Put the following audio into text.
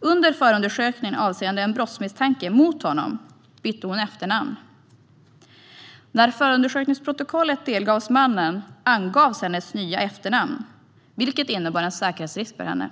Under förundersökningen avseende en brottsmisstanke mot honom bytte hon efternamn. När förundersökningsprotokollet delgavs mannen angavs hennes nya efternamn, vilket innebar säkerhetsrisker för kvinnan.